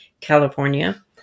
California